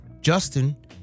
Justin